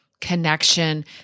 connection